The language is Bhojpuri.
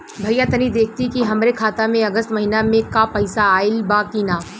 भईया तनि देखती की हमरे खाता मे अगस्त महीना में क पैसा आईल बा की ना?